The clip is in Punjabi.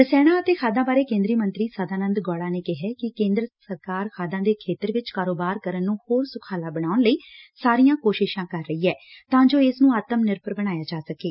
ਰਸਾਇਣਾਂ ਅਤੇ ਖਾਦਾਂ ਬਾਰੇ ਕੇਂਦਰੀ ਮੰਤਰੀ ਸਦਾਨੰਦ ਗੌੜਾ ਨੇ ਕਿਹੈ ਕਿ ਕੇਂਦਰ ਸਰਕਾਰ ਖਾਦਾਂ ਦੇ ਖੇਤਰ ਵਿਚ ਕਾਰੋਬਾਰ ਕਰਨ ਨੂੰ ਹੋਰ ਸੁਖਾਲਾ ਬਣਾਉਣ ਲਈ ਸਾਰੀਆਂ ਕੋਸ਼ਿਸ਼ਾਂ ਕਰ ਰਹੀ ਏ ਤਾਂ ਜੋ ਇਸ ਨੂੰ ਆਤਮ ਨਿਰਭਰ ਬਣਾਇਆ ਜਾ ਸਕੇ